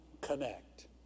connect